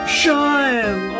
shine